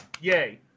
Yay